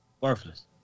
Worthless